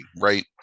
right